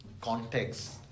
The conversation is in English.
context